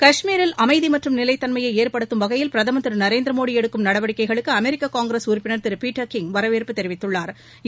காஷ்மீரில் அமைதி மற்றும் நிலைத்தன்மையை ஏற்படுத்தும் வகையில் பிரதமர் திரு நரேந்திர மோடி எடுக்கும் நடவடிக்கைகளுக்கு அமெரிக்க காங்கிரஸ் உறுப்பினா் திரு பீட்டர் கிங் வரவேற்பு தெரிவித்துள்ளாா்